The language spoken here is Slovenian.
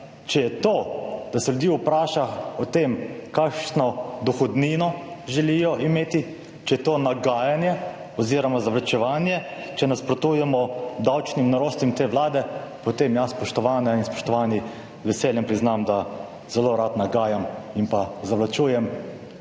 če je to, da se ljudi vpraša o tem, kakšno dohodnino želijo imeti, če je to nagajanje oziroma zavlačevanje, če nasprotujemo davčnim norostim te Vlade, potem jaz, spoštovane in spoštovani, z veseljem priznam, da zelo rad nagajam in pa zavlačujem,